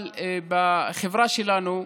אבל בחברה שלנו,